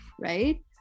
right